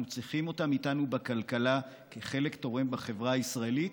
אנחנו צריכים אותם איתנו בכלכלה כחלק תורם בחברה הישראלית,